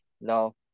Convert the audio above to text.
no